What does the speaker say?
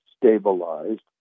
stabilized